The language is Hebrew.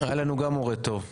היה לנו גם מורה טוב.